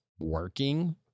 working